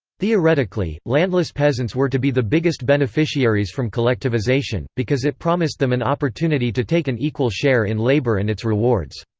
theoretically, landless peasants were to be the biggest beneficiaries from collectivization, because it promised them an opportunity to take an equal share in labor and its rewards.